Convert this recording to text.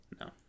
No